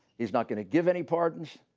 he's not going to give any pardons.